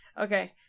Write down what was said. Okay